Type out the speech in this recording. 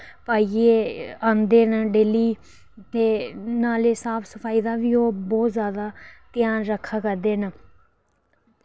आइयै आंदे न डेली ते नाले साफ सफाई दा बी ओह् बहुत जादा ध्यान रक्खा करदे न